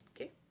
Okay